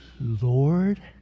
Lord